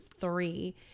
three